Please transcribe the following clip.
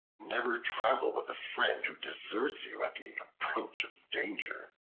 never travel with a friend who deserts you at the approach of danger.